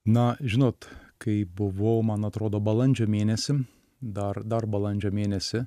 na žinot kai buvau man atrodo balandžio mėnesį dar dar balandžio mėnesį